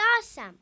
awesome